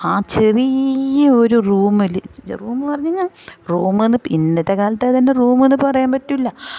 ആ ചെറിയൊരു ഒരു റൂമിൽ റൂം എന്ന് പറഞ്ഞ് കഴിഞ്ഞാൽ റൂം എന്ന് ഇന്നത്തെ കാലത്ത് അത് തന്നെ റൂം എന്ന് പറയാൻ പറ്റില്ല